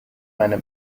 meine